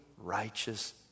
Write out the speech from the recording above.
righteous